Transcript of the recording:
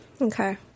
Okay